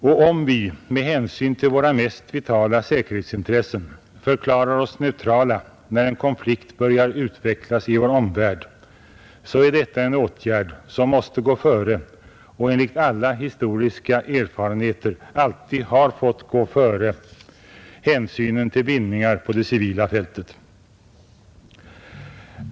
Om vi sedan med hänsyn till våra mest vitala säkerhetsintressen förklarar oss neutrala när en konflikt börjar utvecklas i vår omvärld är detta en åtgärd som måste gå före och enligt alla historiska erfarenheter alltid har fått gå före hänsynen till bindningar på det civila fältet.